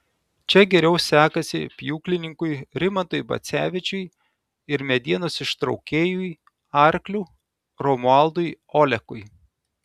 čia geriau sekasi pjūklininkui rimantui bacevičiui ir medienos ištraukėjui arkliu romualdui olekui